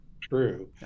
true